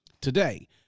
Today